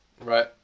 right